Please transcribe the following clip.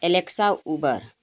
alexa Uber